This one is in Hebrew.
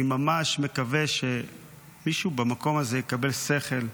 אני ממש מקווה שמישהו במקום הזה יקבל שכל,